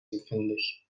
empfindlich